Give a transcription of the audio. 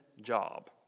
job